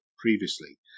previously